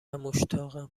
مشتاقم